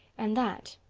and that,